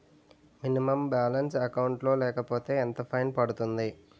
Minimum balance account లో లేకపోతే ఎంత ఫైన్ పడుతుంది?